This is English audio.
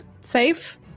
save